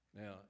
Now